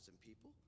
people